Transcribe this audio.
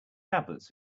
tablets